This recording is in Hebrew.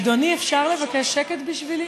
אדוני, אפשר לבקש שקט בשבילי?